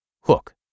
hook